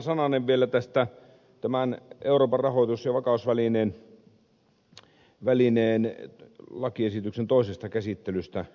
muutama sananen vielä tämän euroopan rahoitusvakausvälineen lakiesityksen toisesta käsittelystä